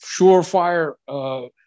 Surefire